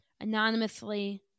anonymously